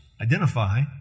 identify